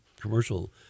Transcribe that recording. commercial